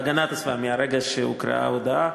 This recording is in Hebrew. להגנת הסביבה, מהרגע שהוקראה ההודעה.